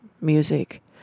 music